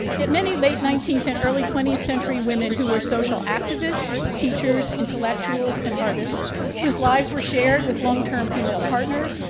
yet many late nineteenth and early twentieth century women who were social activists, teachers, intellectuals, and artists whose lives were shared with long-term female partners,